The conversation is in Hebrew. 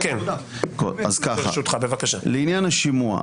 לעניין השימוע.